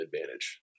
advantage